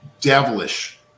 devilish